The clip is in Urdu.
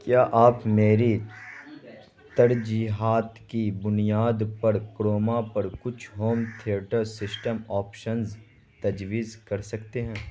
کیا آپ میری ترجیحات کی بنیاد پر کروما پر کچھ ہوم تھئیٹر سسٹم آپشنز تجویز کر سکتے ہیں